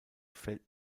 fällt